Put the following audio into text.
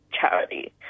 charity